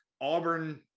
Auburn